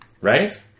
right